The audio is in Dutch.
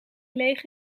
leeg